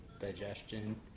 digestion